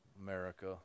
america